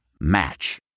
Match